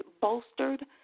bolstered